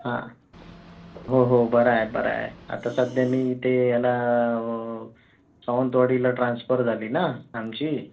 हां हो हो बरा आहे बरा आहे आता सध्या मी इथे याला सावंतवाडीला ट्रान्स्फर झाली ना आमची